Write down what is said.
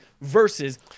versus